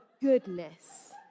goodness